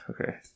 Okay